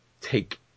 take